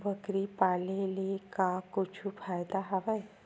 बकरी पाले ले का कुछु फ़ायदा हवय?